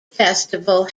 festival